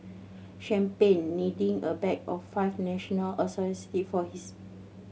champagne needing a back of five national associated for his